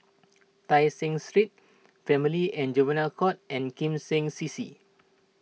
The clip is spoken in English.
Tai Seng Street Family and Juvenile Court and Kim Seng C C